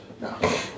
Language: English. No